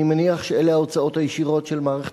אני מניח שאלה ההוצאות הישירות של מערכת